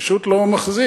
זה פשוט לא מחזיק.